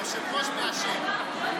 היושב-ראש מאשר.